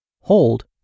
hold